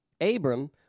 Abram